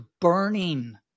burning